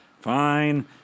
Fine